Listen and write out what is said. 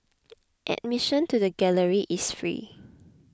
admission to the galleries is free